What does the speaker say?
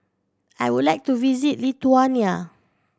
I would like to visit Lithuania